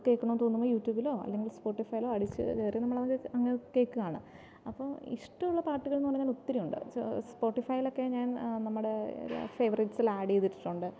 കേൾക്കണം തോന്നുമ്പോൾ യൂട്യൂബിലോ അല്ലെങ്കിൽ സ്പോട്ടിഫൈയിലോ അടിച്ച് കയറി നമ്മൾ അങ്ങനെ അങ്ങ് കേൾക്കുവാണ് അപ്പോൾ ഇഷ്ടം ഉള്ള പാട്ടുകൾ എന്ന് പറഞ്ഞാൽ ഒത്തിരിയുണ്ട് സ് സ്പോട്ടിഫൈയിലൊക്കെ ഞാൻ നമ്മുടെ ഫേവറേറ്റ്സിൽ ആഡ് ചെയ്ത് ഇട്ടിട്ടുണ്ട്